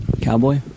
Cowboy